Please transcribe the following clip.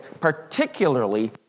Particularly